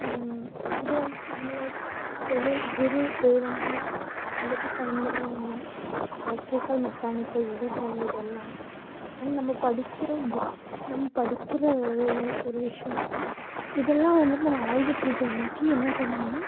இது வந்துட்டு நம்மளோடய தொழில் குரு தெய்வமாக வந்துவிட்டு பயன்படுற ஒன்று எலக்ட்ரிக்கல் மெக்கானிக்கல் விவசாயம் இதெல்லாம் அண்ட் நம்ம படிக்கிற புக்ஸ் நம்ம படிக்கிற ஒரு விஷயம் இதெல்லாம் வந்துவிட்டு நம்ம ஆயுத பூஜை அன்றைக்கு என்ன பண்ணுவோன்னால்